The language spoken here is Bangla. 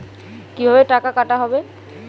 কিভাবে টাকা কাটা হবে?